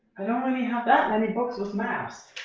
i don't really have that many books with maps.